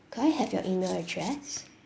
can I have your email address